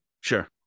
Sure